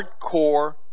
hardcore